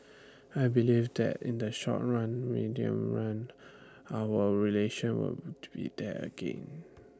I believe that in the short run medium run our relations will be there again